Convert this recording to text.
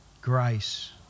grace